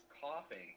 coughing